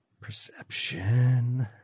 Perception